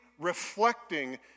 reflecting